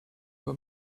were